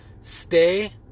Stay